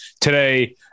today